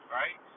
right